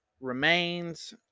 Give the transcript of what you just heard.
remains